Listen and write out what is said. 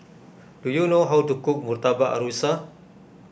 do you know how to cook Murtabak Rusa